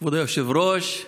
כבוד היושב-ראש,